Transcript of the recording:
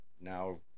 now